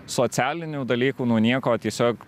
socialinių dalykų nuo nieko tiesiog